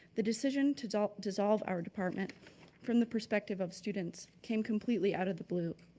the decision to dissolve dissolve our department from the perspective of students came completely out of the blue,